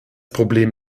problem